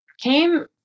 came